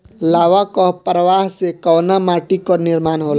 लावा क प्रवाह से कउना माटी क निर्माण होला?